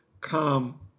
come